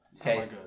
Okay